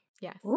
Yes